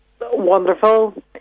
wonderful